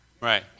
Right